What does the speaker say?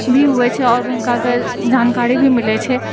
भी होइ छै आओर हुनकाके जानकारी भी मिलै छै